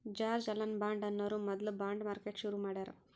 George Alan Bond ಅನ್ನೋರು ಮೊದ್ಲ bond market ಶುರು ಮಾಡ್ಯಾರ್